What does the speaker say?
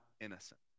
innocent